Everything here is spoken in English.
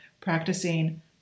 practicing